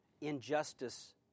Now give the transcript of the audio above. injustice